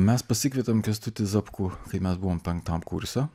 mes pasikvietėm kęstutį zapkų kai mes buvom penktam kurse